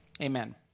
amen